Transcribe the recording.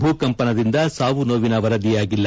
ಭೂಕಂಪನದಿಂದ ಸಾವುನೋವಿನ ವರದಿಯಾಗಿಲ್ಲ